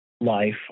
life